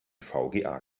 vga